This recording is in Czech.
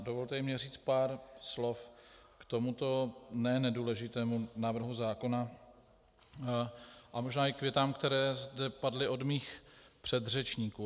Dovolte i mně říct pár slov k tomuto ne nedůležitému návrhu zákona a možná i k větám, které zde padly od mých předřečníků.